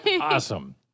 Awesome